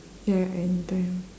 ya any time